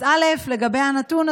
אז לגבי הנתון,